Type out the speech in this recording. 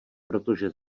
protože